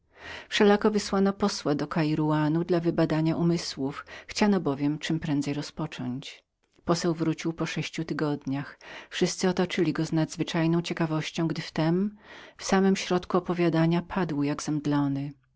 wszelako wysłano do kairawanu dla wybadania umysłów chciano bowiem czemprędzej rozpocząć po sześciu tygodniach wrócił poseł wszyscy otoczyli go z nadzwyczajną ciekawością gdy w tem w samym środku swego opowiadania padł jak zemdlony